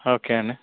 okay అండి